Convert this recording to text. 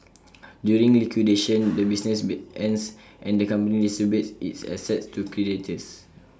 during liquidation the business ends and the company distributes its assets to creditors